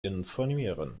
informieren